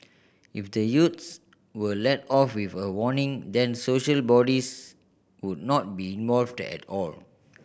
if the youths were let off with a warning then social bodies would not be involved at all